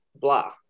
blah